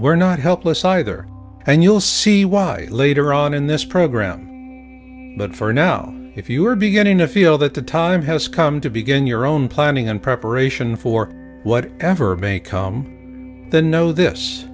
we're not helpless either and you'll see why later on in this program but for now if you are beginning to feel that the time has come to begin your own planning and preparation for what ever make come the know this